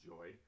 Joy